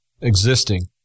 existing